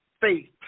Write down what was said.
faith